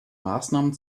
maßnahmen